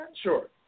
Sure